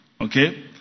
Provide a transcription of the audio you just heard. Okay